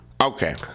Okay